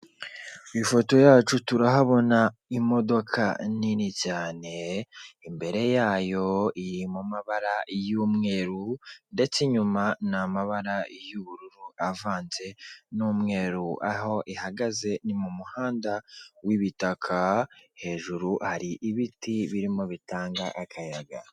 Ifoto yacu turahabona imodoka nini cyane imbere yayo iri mu mabara y'umweru ndetse inyuma nIiamabara y'ubururu avanze n'umweru aho ihagaze ni mu muhanda w'ibitaka hejuru hari ibiti birimo bitanga akayaga.